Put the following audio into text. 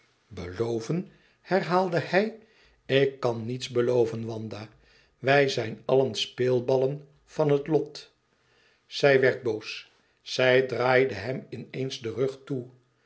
beloven herhaalde hij ik kan niets beloven wanda wij zijn allen speelballen van het lot e ids aargang ij werd boos zij draaide hem in eens den rug toe